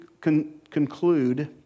conclude